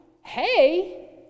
hey